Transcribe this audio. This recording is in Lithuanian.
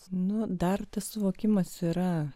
nu dar tas suvokimas yra